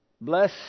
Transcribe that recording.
Bless